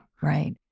Right